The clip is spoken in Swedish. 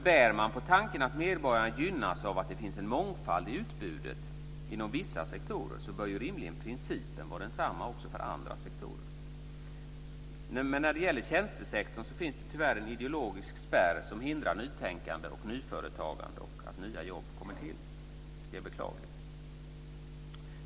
Bär man på tanken att medborgarna gynnas av att det finns en mångfald i utbudet inom vissa sektorer så bör ju principen rimligen vara densamma i andra sektorer. Men när det gäller tjänstesektorn finns tyvärr en ideologisk spärr som hindrar nytänkande, nyföretagande och tillkomst av nya jobb. Det är beklagligt.